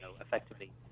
effectively